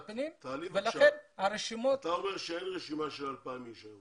אתה אומר שאין רשימה של 2,000 אנשים.